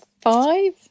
five